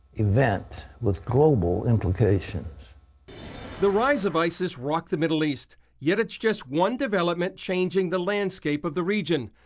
event, with global implications. chris the rise of isis rocked the middle east, yet it is just one development changing the landscape of the region.